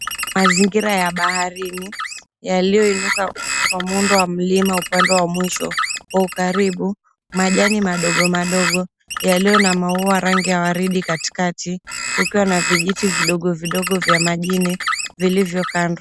Mazingira ya baharini yaliyoinuka kwa muundo wa mlima upande wa mwisho. Kwa ukaribu majani madogo madogo yaliyo na maua ya rangi ya waridi katikati kukiwa na vijiti vidogo vidogo vya majini vilivyokando.